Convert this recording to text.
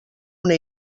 una